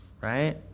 Right